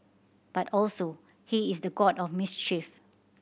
but also he is the god of mischief